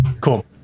Cool